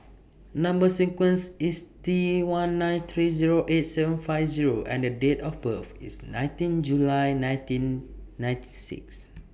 Number sequence IS T one nine three Zero eight seven five Zero and The Date of birth IS nineteen July nineteen ninety six